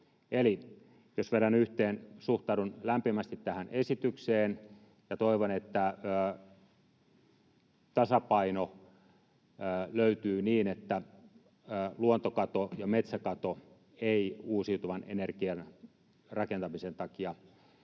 jos vedän yhteen: suhtaudun lämpimästi tähän esitykseen, ja toivon, että tasapaino löytyy niin, että luontokato ja metsäkato eivät uusiutuvan energian rakentamisen takia